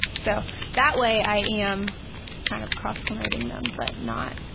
so that way i am kind of cross promoting them but not